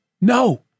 No